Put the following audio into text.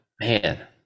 man